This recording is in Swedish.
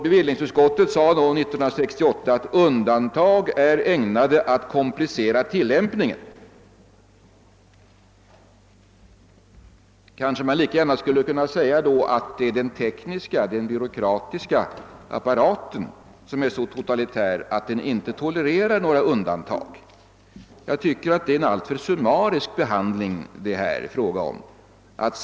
Bevillningsutskottet skrev 1968 att undantag är ägnade att komplicera tillämpningen. Man skulle kanske med lika stor rätt kunna säga att den tekniska och byråkratiska apparaten är så totalitär att den inte tolererar några undantag. Jag tycker att det är en alltför summarisk behandling som här har gjorts.